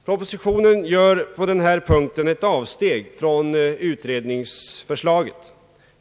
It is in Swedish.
Propositionen gör på den här punkten ett avsteg från utredningsförslaget.